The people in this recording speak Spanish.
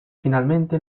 finalmente